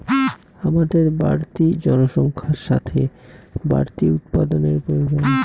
হামাদের বাড়তি জনসংখ্যার সাথে বাড়তি উৎপাদানের প্রয়োজন